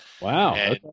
Wow